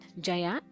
Jaya